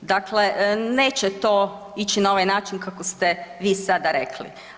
Dakle, neće to ići na ovaj način kako ste vi sada rekli.